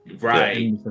Right